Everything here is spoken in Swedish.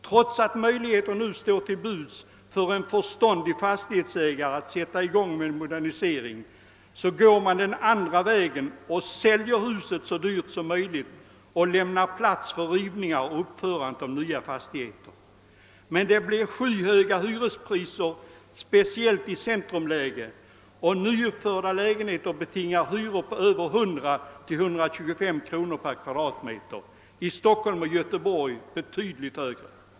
Trots att möjligheter nu står till buds för en förståndig fastighetsägare att sätta i gång med en modernisering, går man den andra vägen: man säljer huset så dyrt som möjligt och lämnar plats för rivningar och uppförande av nya fastigheter. Men det blir skyhöga hyror, speciellt i centrumläge. Nyuppförda lägenheter betingar hyror på 100—125 kr. per kvadratmeter, i Stockholm och Göteborg betydligt högre.